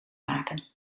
maken